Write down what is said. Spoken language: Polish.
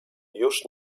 już